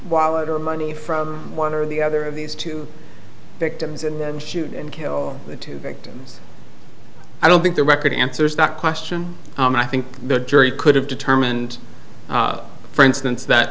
wallet or money from one or the other of these two victims and then shoot and kill the two victims i don't think the record answers that question and i think the jury could have determined for instance that